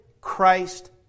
Christ